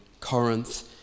Corinth